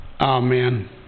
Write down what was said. Amen